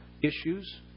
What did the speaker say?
issues